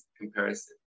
comparison